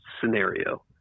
scenario